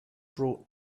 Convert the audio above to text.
brought